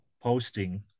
posting